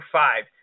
five